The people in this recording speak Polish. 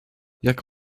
jak